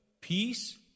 peace